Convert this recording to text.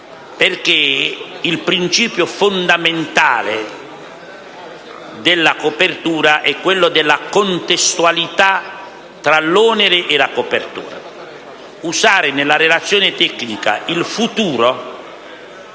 perché il principio fondamentale della copertura è quello della contestualità tra l'onere e la copertura. Usare nella relazione tecnica il futuro